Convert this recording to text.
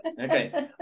okay